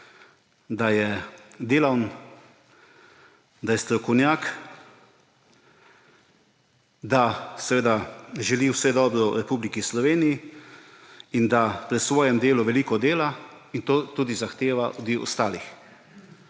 da je delaven, da je strokovnjak, da seveda želi vse dobro Republiki Sloveniji in da pri svojem delu veliko dela in to tudi zahteva od ostalih.